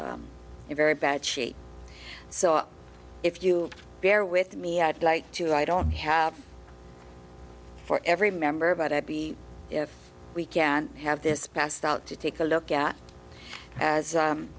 in very bad shape so if you bear with me i'd like to i don't have for every member but i be if we can have this passed out to take a look at as